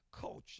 culture